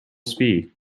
speed